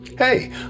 Hey